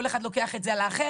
כל אחד לוקח את זה על האחר,